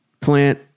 plant